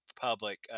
public